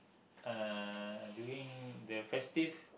uh during the festive